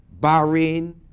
Bahrain